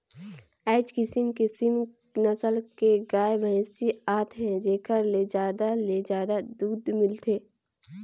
आयज किसम किसम नसल के गाय, भइसी आत हे जेखर ले जादा ले जादा दूद मिलथे